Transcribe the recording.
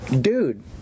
dude